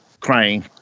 crying